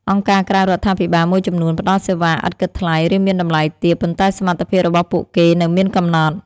អង្គការក្រៅរដ្ឋាភិបាលមួយចំនួនផ្តល់សេវាឥតគិតថ្លៃ ឬមានតម្លៃទាប ប៉ុន្តែសមត្ថភាពរបស់ពួកគេនៅមានកំណត់។